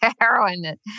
heroin